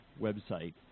website